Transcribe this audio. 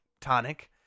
tonic